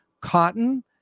cotton